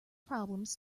problems